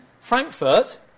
Frankfurt